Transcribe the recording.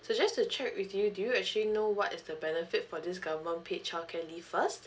so just to check with you do you actually know what is the benefit for this government childcare leave first